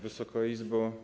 Wysoka Izbo!